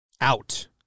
Out